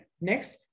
next